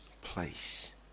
place